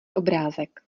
obrázek